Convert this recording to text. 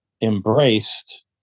embraced